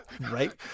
right